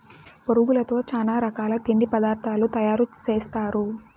బొరుగులతో చానా రకాల తిండి పదార్థాలు తయారు సేస్తారు